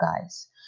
guys